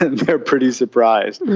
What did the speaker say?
they are pretty surprised.